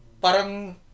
Parang